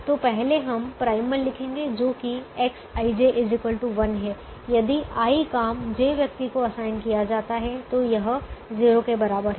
तो पहले हम प्राइमल लिखेंगे जो कि Xij 1 है यदि i काम j व्यक्ति को असाइन किया जाता है और यह 0 के बराबर है